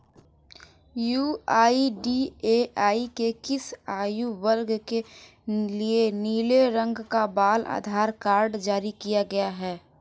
UIDAI ने किस आयु वर्ग के लिए नीले रंग का बाल आधार कार्ड जारी किया है?